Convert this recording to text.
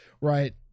right